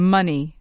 Money